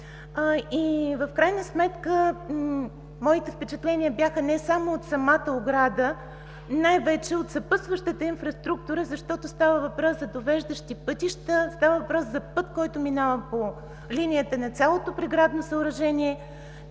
В крайна сметка моите впечатления бяха не само от самата ограда, а най-вече от съпътстващата инфраструктура, защото става въпрос за довеждащи пътища, става въпрос за път, който минава по линията на цялото преградно съоръжение,